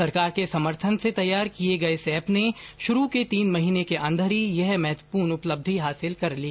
सरकार के समर्थन से तैयार किये गये इस एप ने शुरू के तीन महीने के अन्दर ही यह महत्वपूर्ण उपलब्धि हासिल कर ली